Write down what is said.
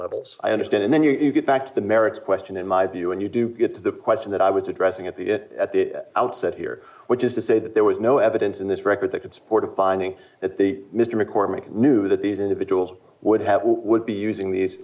levels i understand and then you get back to the merits question in my view and you do get to the question that i was addressing at the at the outset here which is to say that there was no evidence in this record that could support a finding that the mr maccormack knew that these individuals would have would be using these